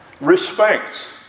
Respect